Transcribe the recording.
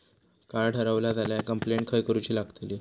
Card हरवला झाल्या complaint खय करूची लागतली?